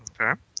Okay